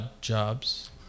jobs